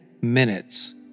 minutes